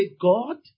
God